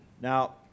Now